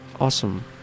Awesome